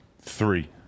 three